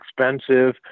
expensive